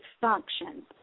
functions